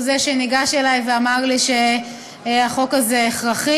הוא זה שניגש אלי ואמר לי שהחוק הזה הכרחי.